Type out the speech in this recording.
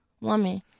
woman